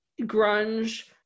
grunge